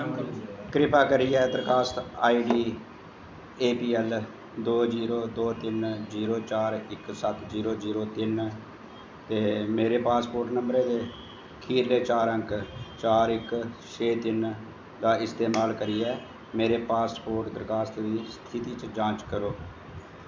कृप्या करियै दरखास्त I D A P L दो जीरो दो तिन जीरो चार इक सत जीरो जीरो तिन ते मेरे पासपोर्ट नम्बरै दे खीरले चार अंक चार इक छे तिन दा इस्तमाल करियै मेरे पासपोर्ट दरखास्त दी स्थिति च जांच करो